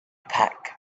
pack